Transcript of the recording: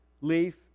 leaf